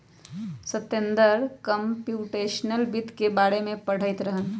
Satender computational वित्त के बारे में पढ़ईत रहन